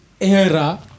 era